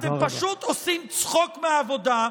אתם פשוט עושים צחוק מהעבודה,